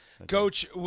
Coach